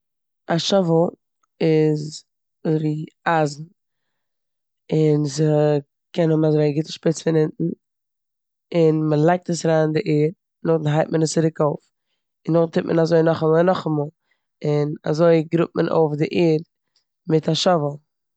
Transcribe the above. א שאוול איז אזויווי אייזן און ס'קען האבן אזויווי א גוטע שפיץ פון אונטן און מ'לייגט עס אריין אין די ערד און נאכדעם הייבט מען עס צירוק אויף און נאכדעם טוט מען אזוי נאכאמאל און נאכאמאל און אזוי גראבט מען אויף די ערד מיט א שאוול.